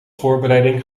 voorbereiding